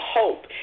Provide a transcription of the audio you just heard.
hope